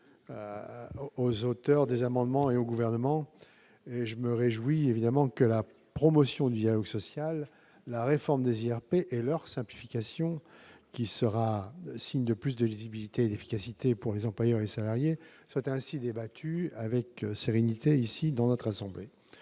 aux auteurs de ces amendements. Je me réjouis que la promotion du dialogue social, la réforme des IRP et leur simplification, introduisant plus de lisibilité et d'efficacité pour les employeurs et les salariés, soient ainsi débattues avec sérénité dans notre assemblée.